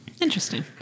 Interesting